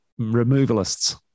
removalists